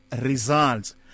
results